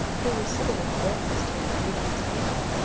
he was sitting at the breakfast table reading his paper,